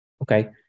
Okay